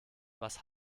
was